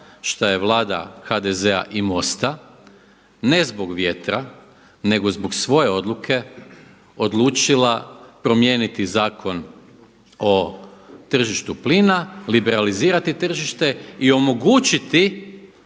šta je Vlada HDZ-a i MOST-a, ne zbog vjetra nego zbog svoje odluke odlučila promijeniti Zakon o tržištu plina, liberalizirati tržište i omogućiti